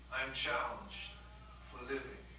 i'm challenged for living.